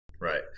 Right